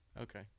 Okay